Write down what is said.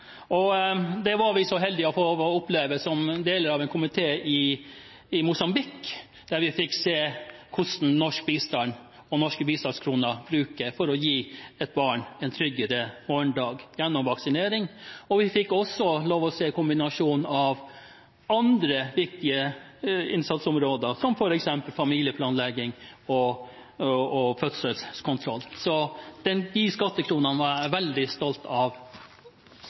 Det var vi så heldige å få oppleve som del av en komité i Mosambik, der vi fikk se hvordan norsk bistand og norske bistandskroner brukes for å gi barn en tryggere morgendag gjennom vaksinering. Vi fikk også lov å se kombinasjonen av andre viktige innsatsområder, som f.eks. familieplanlegging og fødselskontroll. Så de skattekronene var jeg veldig stolt av